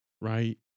right